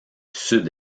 sud